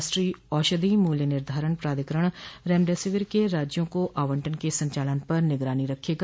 राष्ट्रीय औषधि मूल्य निर्धारण प्राधिकरण रेमडेसिविर के राज्यों को आवंटन के संचालन पर निगरानी रखेगा